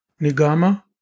nigama